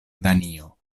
danio